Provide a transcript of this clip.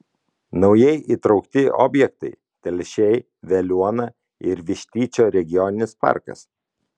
naujai įtraukti objektai telšiai veliuona ir vištyčio regioninis parkas